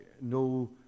no